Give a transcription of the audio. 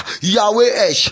Yahweh